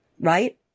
right